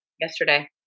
Yesterday